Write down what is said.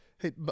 Hey